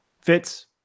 Fitz